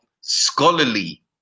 scholarly